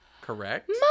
Correct